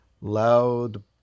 loud